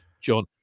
John